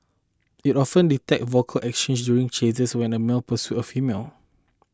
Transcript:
it often detected vocal exchanges during chases when a male pursue a female